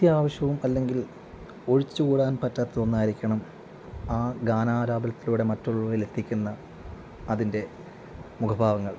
അത്യാവശ്യവും അല്ലെങ്കിൽ ഒഴിച്ചുകൂടാൻ പറ്റാത്ത ഒന്നായിരിക്കണം ആ ഗാനാലാപനത്തിലൂടെ മറ്റുള്ളവരിലെത്തിക്കുന്ന അതിൻ്റെ മുഖഭാവങ്ങൾ